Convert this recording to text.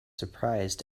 surprised